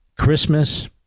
Christmas